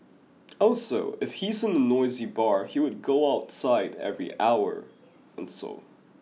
also if he is in a noisy bar he would go outside every hour or so